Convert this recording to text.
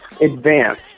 advance